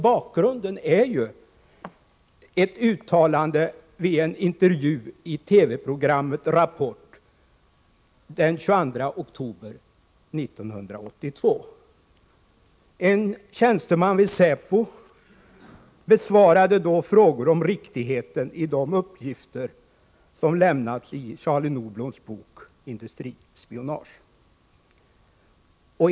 Bakgrunden är ett uttalande vid en intervju i TV-programmet Rapport den 22 oktober 1984. En tjänsteman vid säpo besvarade då frågor om riktigheten i de uppgifter som lämnats i Charlie Nordbloms bok Industrispionage.